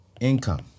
income